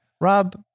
Rob